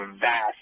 vast